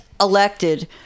elected